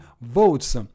votes